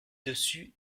dessus